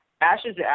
Ashes